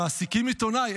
מעסיקים עיתונאי,